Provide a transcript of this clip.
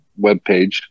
webpage